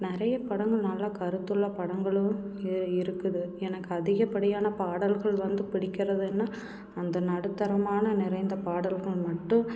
நிறைய படங்கள் நல்ல கருத்துள்ள படங்களும் இ இருக்குது எனக்கு அதிகப்படியான பாடல்கள் வந்து பிடிக்கிறதுன்னால் அந்த நடுத்தரமான நிறைந்த பாடல்கள் மட்டும்